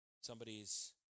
Somebody's